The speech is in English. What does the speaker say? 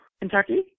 Kentucky